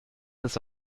ist